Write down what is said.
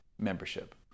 membership